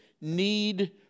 need